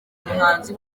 muhanzi